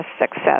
success